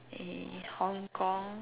err Hong-Kong